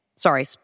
Sorry